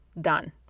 Done